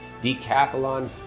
Decathlon